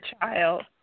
child